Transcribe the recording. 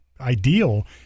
ideal